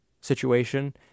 situation